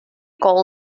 call